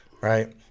Right